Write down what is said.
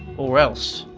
or else!